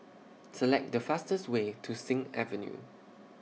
Select The fastest Way to Sing Avenue